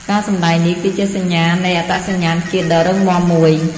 ការសម្តែងនេះគឺជាសញ្ញានៃអត្តសញ្ញាណជាតិដ៏រឹងមាំមួយ។